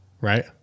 right